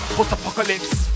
Post-apocalypse